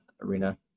arena